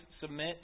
submit